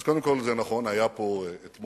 אז קודם כול, זה נכון, היה פה אתמול